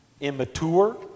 immature